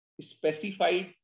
specified